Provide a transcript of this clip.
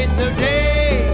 today